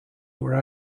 were